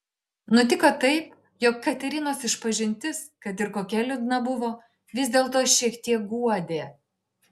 nutiko taip jog katerinos išpažintis kad ir kokia liūdna buvo vis dėlto šiek tiek guodė